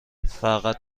فقط